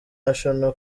national